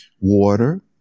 water